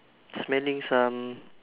smelling some